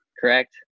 correct